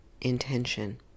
intention